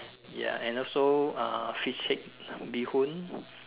ya and also uh fish cake bee hoon